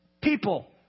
people